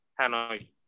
Hanoi